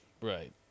right